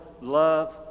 love